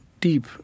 deep